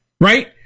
Right